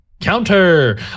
counter